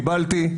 קיבלתי.